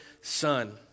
son